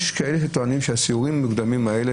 יש כאלה שטוענים שהסיורים המוקדמים האלה